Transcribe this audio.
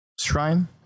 shrine